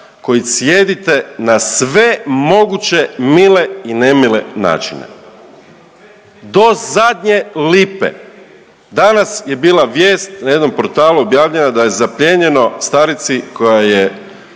koji cijedite na sve moguće mile i nemile načine do zadnje lipe. Danas je bila vijest na jednom portalu objavljena da je zaplijenjeno starici koja je